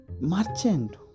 Merchant